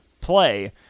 play